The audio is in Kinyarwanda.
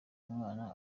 umwana